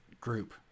group